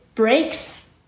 Breaks